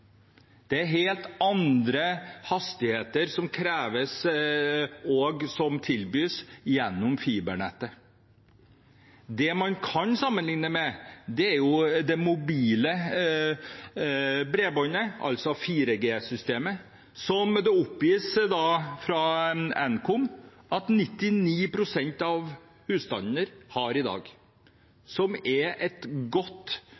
Det er helt andre hastigheter som kreves og tilbys gjennom fibernettet. Det man kan sammenligne med, er det mobile bredbåndet – 4G-systemet – som det oppgis fra Nkom at 99 pst. av husstandene har i dag. Det er et godt